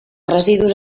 residus